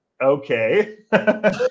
Okay